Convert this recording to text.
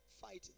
fighting